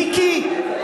מיקי,